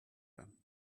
them